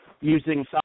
using